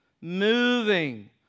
moving